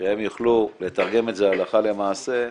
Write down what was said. שהם יוכלו לתרגם את זה הלכה למעשה,